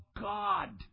God